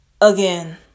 Again